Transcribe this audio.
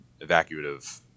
evacuative